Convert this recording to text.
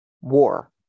war